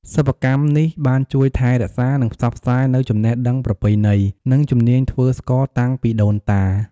សិប្បកម្មនេះបានជួយថែរក្សា និងផ្សព្វផ្សាយនូវចំណេះដឹងប្រពៃណី និងជំនាញធ្វើស្ករតាំងពីដូនតា។